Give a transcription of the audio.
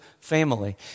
family